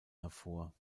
hervor